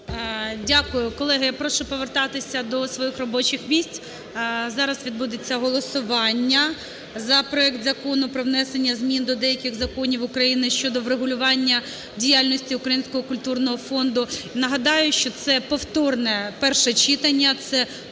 Дякую. Колеги, я прошу повертатися до своїх робочих місць, зараз відбудеться голосування за проект Закону про внесення змін до деяких законів України щодо врегулювання діяльності Українського культурного фонду. Нагадаю, що повторне перше читання, це